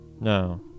No